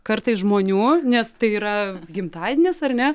kartais žmonių nes tai yra gimtadienis ar ne